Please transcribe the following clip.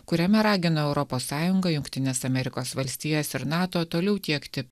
kuriame ragina europos sąjungą jungtines amerikos valstijas ir nato toliau tiekti